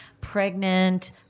pregnant